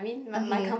okay